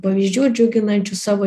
pavyzdžių džiuginančių savo